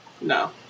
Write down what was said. No